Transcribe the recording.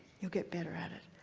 you'll get better at it.